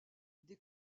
des